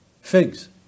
Figs